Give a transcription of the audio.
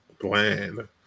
Bland